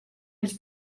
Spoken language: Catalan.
els